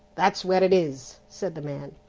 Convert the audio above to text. that's where it is, said the man.